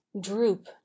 droop